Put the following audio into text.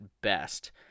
best